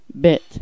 bit